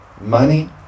money